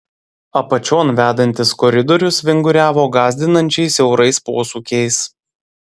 apačion vedantis koridorius vinguriavo gąsdinančiai siaurais posūkiais